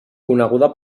coneguda